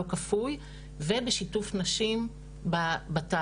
לא כפוי ובשיתוף נשים בתהליך,